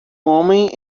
homem